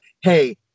hey